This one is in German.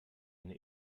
eine